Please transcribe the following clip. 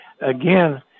again